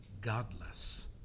Godless